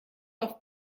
auf